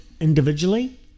individually